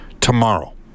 tomorrow